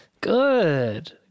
Good